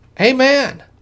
Amen